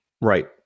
Right